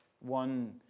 One